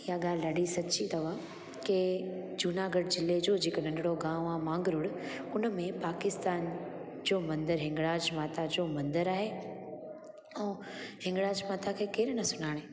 इहा ॻाल्हि ॾाढी सची अथव के जूनागढ़ ज़िले जो जेको नंढिणो गांव आहे मांगरोल हुन में पाकिस्तान जो मंदरु हिंगणाज माता जो मंदर आहे ऐं हिंगणाज माता खे केर न सुञाणे मांगरोल मांगरोल